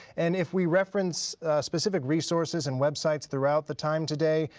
and if we reference specific resources and websites throughout the time today,